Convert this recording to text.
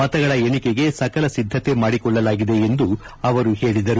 ಮತಗಳ ಎಣಿಕೆಗೆ ಸಕಲ ಸಿದ್ಧತೆ ಮಾಡಿಕೊಳ್ಳಲಾಗಿದೆ ಎಂದು ಅವರು ಹೇಳಿದರು